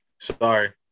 Sorry